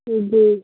जी